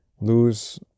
lose